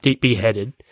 beheaded